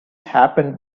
happened